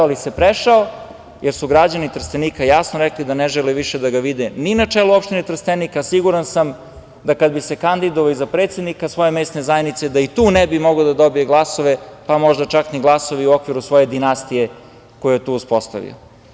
Ali se prešao, jer su građani Trstenika jasno rekli da ne žele više da ga vide ni na čelu opštine Trstenik, a siguran sam, da kada bi se kandidovao i za predsednika svoje mesne zajednice da i tu ne bi mogao da dobije glasove, pa možda čak i glasove u okviru svoje dinastije koju je tu uspostavio.